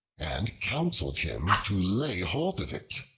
and counseled him to lay hold of it.